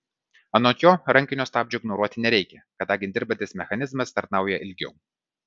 anot jo rankinio stabdžio ignoruoti nereikia kadangi dirbantis mechanizmas tarnauja ilgiau